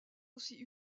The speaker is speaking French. aussi